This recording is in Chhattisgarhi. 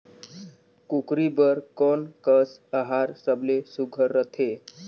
कूकरी बर कोन कस आहार सबले सुघ्घर रथे?